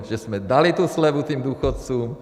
Že jsme dali tu slevu těm důchodcům.